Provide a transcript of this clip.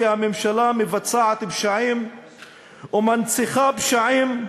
כי הממשלה מבצעת פשעים ומנציחה פשעים,